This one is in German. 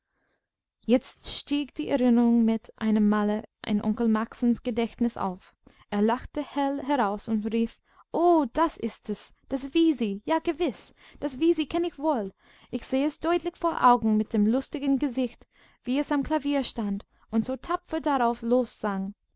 jetzt stieg die erinnerung mit einem male in onkel maxens gedächtnis auf er lachte hell heraus und rief o das ist's das wisi ja gewiß das wisi kenn ich wohl ich seh es deutlich vor augen mit dem lustigen gesicht wie es am klavier stand und so tapfer darauf los